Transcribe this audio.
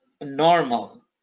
normal